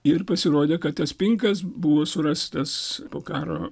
ir pasirodė kad tas pinkas buvo surastas po karo